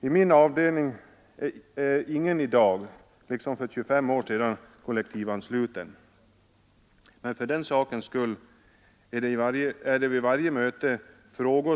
I min avdelning är i dag, liksom för 25 års sedan, ingen medlem kollektivansluten.